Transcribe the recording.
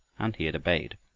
and he had obeyed.